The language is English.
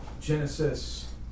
Genesis